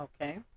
Okay